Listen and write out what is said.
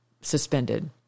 suspended